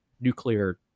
nuclear